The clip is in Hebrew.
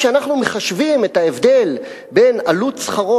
כשאנחנו מחשבים את ההבדל בין עלות שכרו